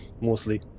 mostly